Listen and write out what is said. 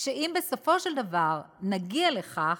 שאם בסופו של דבר נגיע לכך,